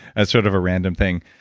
that's sort of a random thing.